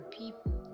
people